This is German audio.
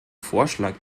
vorschlag